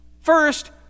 First